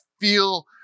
feel